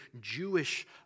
Jewish